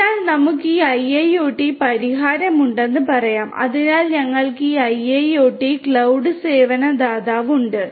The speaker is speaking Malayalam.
അതിനാൽ നമുക്ക് ഈ IIoT പരിഹാരം ഉണ്ടെന്ന് പറയാം അതിനാൽ ഞങ്ങൾക്ക് ഈ IIoT ക്ലൌഡ് സേവന ദാതാവ് ഉണ്ട്